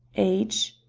age?